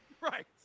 right